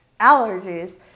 allergies